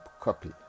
copy